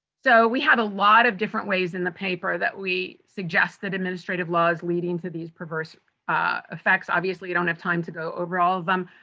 so, we have a lot of different ways in the paper that we suggest that administrative laws leading to these perverse effects. obviously, you don't have time to go over all of them,